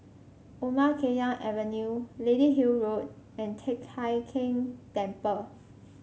Omar Khayyam Avenue Lady Hill Road and Teck Hai Keng Temple